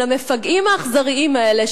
אבל המפגעים האכזריים האלה,